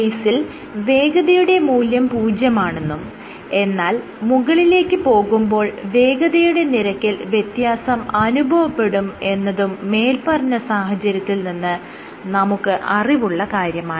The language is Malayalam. ബേസിൽ വേഗതയുടെ മൂല്യം പൂജ്യമാണെന്നും എന്നാൽ മുകളിലേക്ക് പോകുമ്പോൾ വേഗതയുടെ നിരക്കിൽ വ്യത്യാസം അനുഭവപ്പെടും എന്നതും മേല്പറഞ്ഞ സാഹചര്യത്തിൽ നിന്ന് നമുക്ക് അറിവുള്ള കാര്യമാണ്